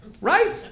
Right